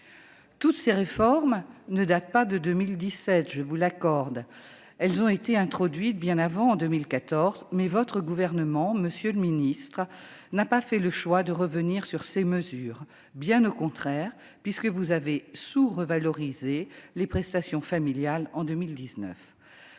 Toutes ces réformes ne datent pas de 2017, je vous l'accorde, certaines ayant été introduites bien avant, en 2014. Cependant, votre gouvernement, monsieur le ministre, n'a pas fait le choix de revenir sur ces mesures- bien au contraire, puisque vous avez sous-revalorisé les prestations familiales en 2019.